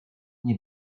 nie